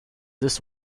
this